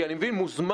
אני מבין ש"מוזמן"